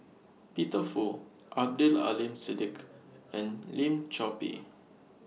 Peter Fu Abdul Aleem Siddique and Lim Chor Pee